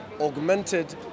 augmented